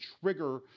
trigger